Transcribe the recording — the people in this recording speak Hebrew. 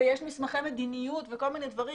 יש מסמכי מדיניות וכל מיני דברים,